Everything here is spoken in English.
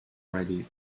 ready